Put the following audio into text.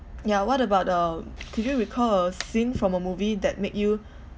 yeah what about the could you recall a scene from a movie that make you